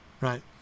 Right